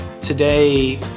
Today